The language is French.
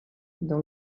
dans